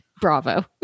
Bravo